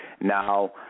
now